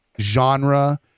genre